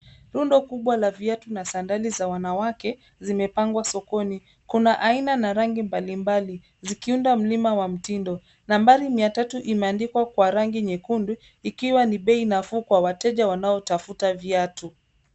Rundo kubwa la viatu na sandals za wanawake zimepangwa sokoni. Kuna aina na rangi mbalimbali zikiunda mlima wa mtindo. Nambari mia tatu imeandikwa kwa rangi nyekundu ikiwa ni bei nafuu kwa wateja wanaotafuta viatu.